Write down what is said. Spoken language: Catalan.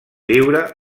viure